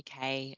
uk